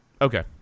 Okay